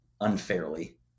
unfairly